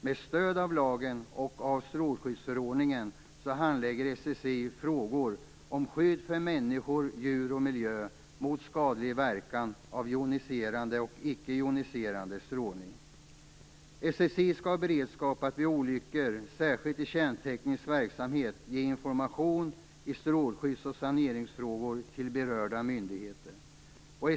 Med stöd av lagen och av strålskyddsförordningen handlägger SSI SSI skall ha beredskap att vid olyckor, särskilt i kärnteknisk verksamhet, ge information i strålskyddsoch saneringsfrågor till berörda myndigheter.